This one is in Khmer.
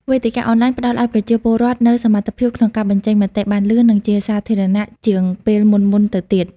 វេទិកាអនឡាញផ្តល់ឱ្យប្រជាពលរដ្ឋនូវសមត្ថភាពក្នុងការបញ្ចេញមតិបានលឿន និងជាសាធារណៈជាងពេលមុនៗទៅទៀត។